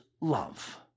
love